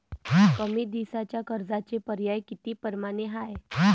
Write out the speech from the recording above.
कमी दिसाच्या कर्जाचे पर्याय किती परमाने हाय?